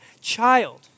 child